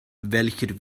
welcher